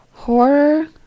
Horror